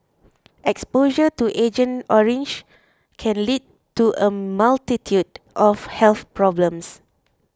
exposure to Agent Orange can lead to a multitude of health problems